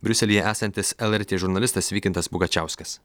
briuselyje esantis lrt žurnalistas vykintas pugačiauskas